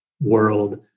world